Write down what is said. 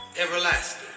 everlasting